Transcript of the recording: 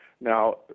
Now